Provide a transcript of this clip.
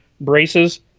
braces